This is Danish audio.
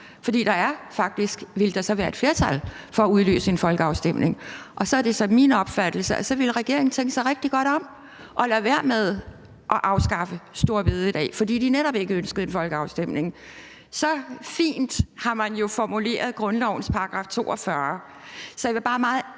sig om, for ville der så være et flertal for at udløse en folkeafstemning? Og så er det så min opfattelse, at så ville regeringen tænke sig rigtig godt om og lade være med at afskaffe store bededag, fordi de netop ikke ønsker en folkeafstemning. Så fint har man jo formuleret grundlovens § 42, så jeg vil bare meget anbefale,